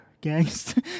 gangster